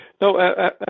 No